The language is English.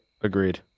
agreed